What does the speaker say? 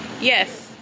Yes